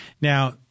Now